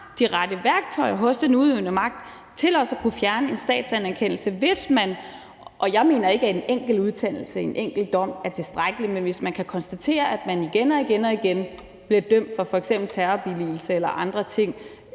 de rette værktøjer hos den udøvende magt til også at kunne fjerne en statsanerkendelse. Hvis det – jeg mener ikke, at en enkelt udtalelse, en enkelt dom er tilstrækkeligt – kan konstateres, at man igen og igen bliver dømt for f.eks. terrorbilligelse eller andre ting,